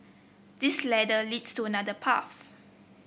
this ladder leads to another path